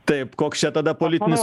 taip koks čia tada politinis